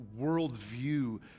worldview